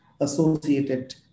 associated